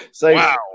Wow